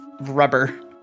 rubber